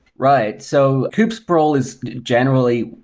right. so kube-sprawl is generally,